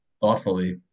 thoughtfully